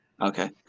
Okay